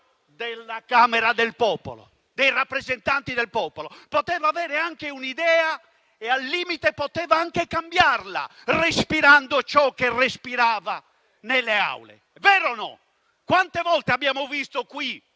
al giudizio dei rappresentanti del popolo. Poteva avere anche un'idea e, al limite, poteva anche cambiarla, respirando ciò che respirava nelle Aule: è vero o no? Quante volte abbiamo visto qui